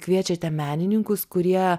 kviečiate menininkus kurie